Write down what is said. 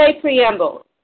Preamble